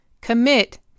Commit